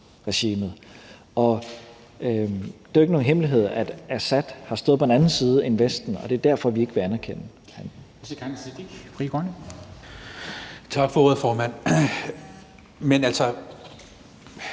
det er jo ikke nogen hemmelighed, at Assad har stået på en anden side end Vesten, og det er derfor, vi ikke vil anerkende hans myndigheder.